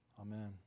Amen